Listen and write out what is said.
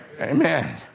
Amen